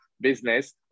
business